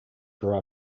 grew